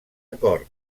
acord